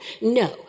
No